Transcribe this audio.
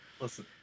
Listen